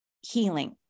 healing